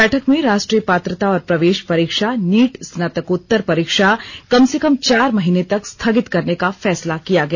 बैठक में राष्ट्रीय पात्रता और प्रवेश परीक्षा नीट स्नातकोत्तर परीक्षा कम से कम चार महीने तक स्थगित करने का फैसला किया गया